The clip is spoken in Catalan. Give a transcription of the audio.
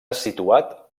situat